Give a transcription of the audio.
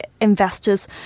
investors